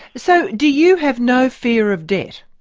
so, do you have no fear of debt?